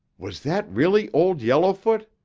was that really old yellowfoot?